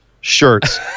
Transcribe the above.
shirts